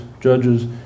judges